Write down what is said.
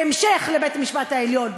בהמשך לבית-המשפט העליון,